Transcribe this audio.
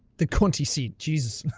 the cunty seet jesus